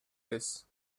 this